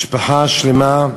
משפחה שלמה,